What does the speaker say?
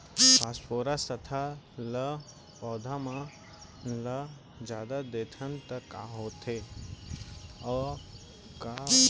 Phosphorus तथा ल पौधा मन ल जादा देथन त का होथे हे, का ओला खाद उर्वरक बर दे जाथे का?